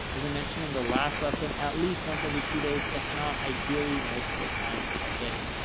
as i mentioned in the last lesson, at least once every two days, if not ideally, multiple times a day.